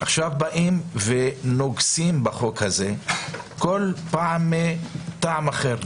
עכשיו באים ונוגסים בחוק הזה כל פעם מטעם אחר.